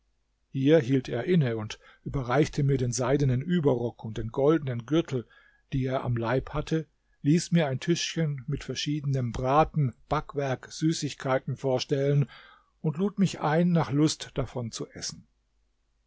hier hielt er inne und überreichte mir den seidenen überrock und den goldenen gürtel die er am leib hatte ließ mir ein tischchen mit verschiedenem braten backwerk und süßigkeiten vorstellen und lud mich ein nach lust davon zu essen